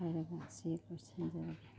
ꯍꯥꯏꯔꯒ ꯁꯤꯗ ꯂꯣꯏꯁꯤꯟꯖꯔꯒꯦ